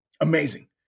Amazing